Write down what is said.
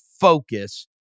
focus